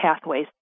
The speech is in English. pathways